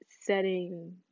setting